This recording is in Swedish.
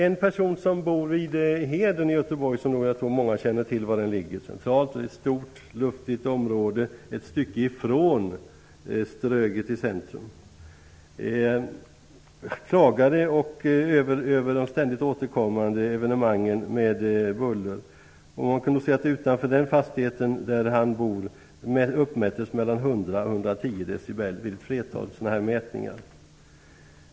En person som bor i Heden i Göteborg -- jag tror många känner till var det ligger: det är ett stort luftigt område centralt, ett stycke från ströget i centrum -- klagade över de ständigt återkommande evenemangen med buller. Utanför den fastighet där han bor uppmättes mellan 100 och 110 dB vid ett flertal mätningar.